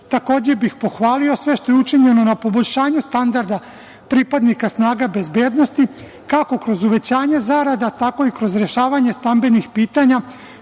bih pohvalio sve što je učinjeno na poboljšanju standarda pripadnika snaga bezbednosti kako kroz uvećanje zarada, tako i kroz rešavanje stambenih pitanja,